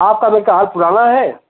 आपका मेडका हॉल पुराना है